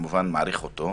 כמובן מעריך אותו.